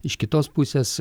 iš kitos pusės